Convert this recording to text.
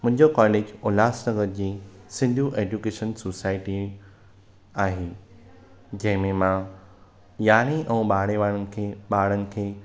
मुंहिंजो कॉलेज उल्हासनगर जी Sindhu education society आहे जंहिं में मां यानी ओंबाड़े वारनि खे ॿारनि खे